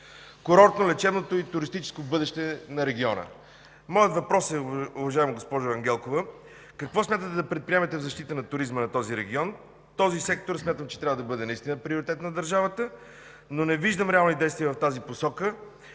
курортно-лечебното и туристическо бъдеще на региона. Моят въпрос, уважаема госпожо Ангелкова, е: какво смятате да предприемате в защита на туризма в този регион? Секторът смятам, че трябва да бъде наистина приоритет на държавата, но не виждам реални действия в тази посока.